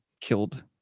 killed